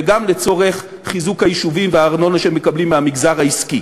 וגם לצורך חיזוק היישובים והארנונה שהם מקבלים מהמגזר העסקי.